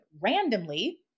randomly